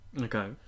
Okay